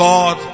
God